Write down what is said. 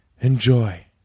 Enjoy